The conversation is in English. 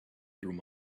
through